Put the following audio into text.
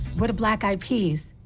we're the black eyed peas.